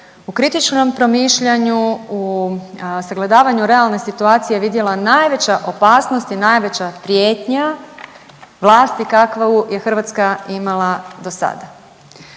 u kritičnom promišljanju, u sagledavanju realne situacije vidjela najveća opasnost i najveća prijetnja vlasti kakvu je Hrvatska imala do sada.